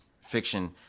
fiction